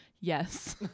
yes